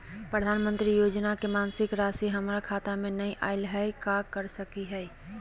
प्रधानमंत्री योजना के मासिक रासि हमरा खाता में नई आइलई हई, का कर सकली हई?